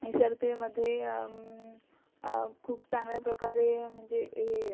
S R पीमध्ये खूप चांगल्या प्रकारे म्हणजे हे